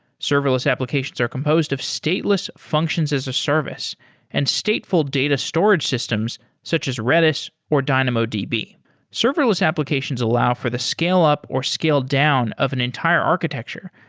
serverless applications are composed of stateless functions as a service and stateful data storage systems such as redis or dynamodb. serverless applications allow for the scale up or scale down of an entire architecture,